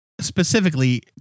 specifically